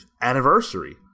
anniversary